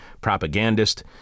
propagandist